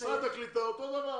משרד הקליטה, אותו הדבר.